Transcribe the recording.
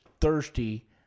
thirsty